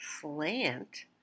slant